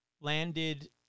landed